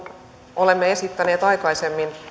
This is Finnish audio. olemme esittäneet aikaisemmin